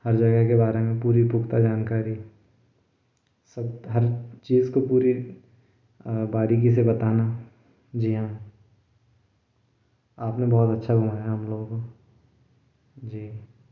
हर जगह के बारे में पूरी पुख़्ता जानकारी सब हर चीज़ को पूरी बारीकी से बताना जी हाँ आपने बहुत अच्छा घुमाया हम लोगों को जी